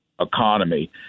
economy